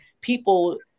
people